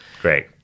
Great